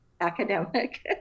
academic